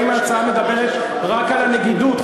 האם ההצעה מדברת רק על הנגידות,